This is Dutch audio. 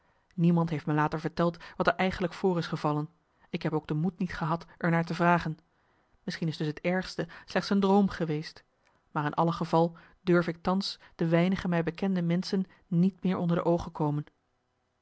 niemand heeft me later verteld wat er eigenlijk voor is gevallen ik heb ook de moed niet gehad er naar te vragen misschien is dus het ergste slechts een droom geweest maar in alle geval durf ik thans de weinige mij bekende menschen niet meer onder de oogen komen